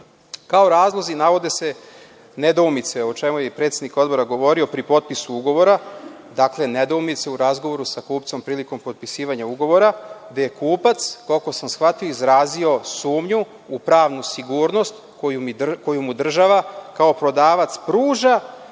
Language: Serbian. razlozi navode se nedoumice, i čemu je i predsednik Odbora govorio, pri potpisu ugovora, dakle, nedoumice u razgovoru sa kupcem prilikom potpisivanja ugovora, gde je kupac, koliko sam shvatio, izrazio sumnju u pravnu sigurnost koju mu država kao prodavac pruža